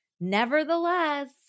Nevertheless